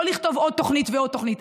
לא לכתוב עוד תוכנית ועוד תוכנית,